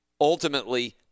Ultimately